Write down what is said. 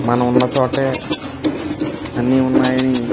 మనం ఉన్న చోటే అన్ని ఉన్నాయని